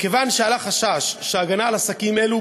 מכיוון שעלה חשש שהגנה על עסקים אלו